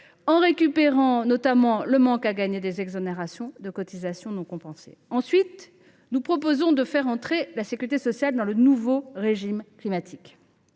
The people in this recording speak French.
en récupérant le manque à gagner des exonérations de cotisations non compensées. Ensuite, nous proposons de faire entrer la sécurité sociale dans le nouveau régime climatique,